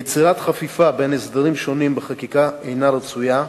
יצירת חפיפה בין הסדרים שונים בחקיקה אינה רצויה,